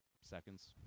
seconds